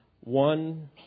one